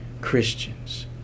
Christians